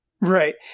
Right